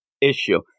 issue